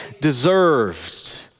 deserved